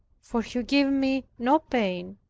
for you give me no pain,